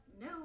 No